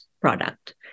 product